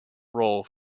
role